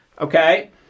Okay